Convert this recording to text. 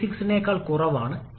സമാനമായി n bar 1